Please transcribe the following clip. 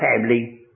family